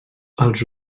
els